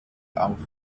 auf